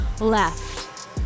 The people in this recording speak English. left